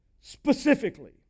Specifically